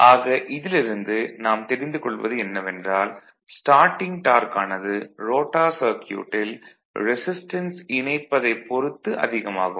ஆக இதிலிருந்து நாம் தெரிந்து கொள்வது என்னவென்றால் ஸ்டார்ட்டிங் டார்க் ஆனது ரோட்டார் சர்க்யூட்டில் ரெசிஸ்டன்ஸ் இணைப்பதைப் பொறுத்து அதிகமாகும்